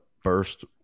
first